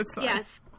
Yes